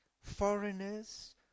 Foreigners